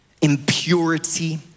impurity